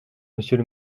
monsieur